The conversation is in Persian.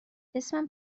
اسمم